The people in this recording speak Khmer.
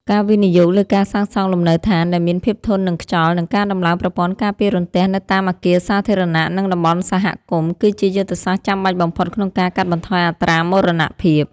ការវិនិយោគលើការសាងសង់លំនៅដ្ឋានដែលមានភាពធន់នឹងខ្យល់ និងការដំឡើងប្រព័ន្ធការពាររន្ទះនៅតាមអគារសាធារណៈ និងតំបន់សហគមន៍ គឺជាយុទ្ធសាស្ត្រចាំបាច់បំផុតក្នុងការកាត់បន្ថយអត្រាមរណភាព។